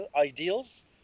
ideals